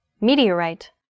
Meteorite